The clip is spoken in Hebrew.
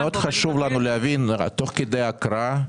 מאוד חשוב לנו להבין תוך כדי הקראה,